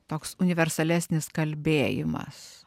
toks universalesnis kalbėjimas